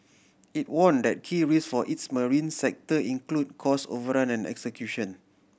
it warn that key risk for its marine sector include cost overrun and execution